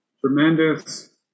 Tremendous